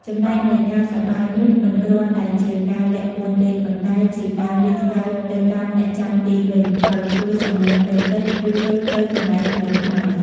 ចំំណែកនៃការសប្បាយនោះមិនគ្រាន់តែជាការលាក់ពួនទេ ប៉ុន្តែជាការលេងសើចទៅកាន់អ្នកចាំទីវិញ ដោយធ្វើសំលេងតិចៗ ឬ រត់ទៅកន្លែងពួនថ្មី។